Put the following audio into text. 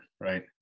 right